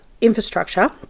infrastructure